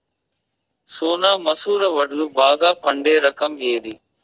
సోనా మసూర వడ్లు బాగా పండే రకం ఏది